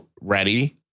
ready